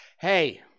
Hey